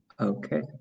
Okay